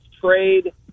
trade